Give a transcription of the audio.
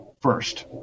first